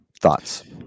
Thoughts